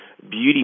beauty